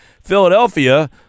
Philadelphia